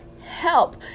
help